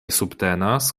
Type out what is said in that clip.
subtenas